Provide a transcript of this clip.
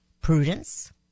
prudence